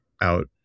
out